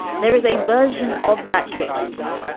there is a version of that kiss.